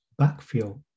backfill